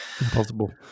Impossible